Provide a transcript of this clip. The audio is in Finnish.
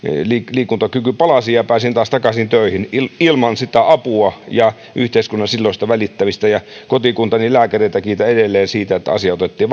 liikuntakyky palasi ja pääsin taas takaisin töihin ilman sitä apua ja yhteiskunnan silloista välittämistä kotikuntani lääkäreitä kiitän edelleen siitä että asia otettiin